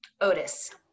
Otis